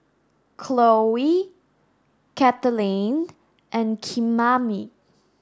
Cloe Kathaleen and Kymani